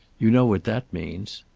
you know what that means.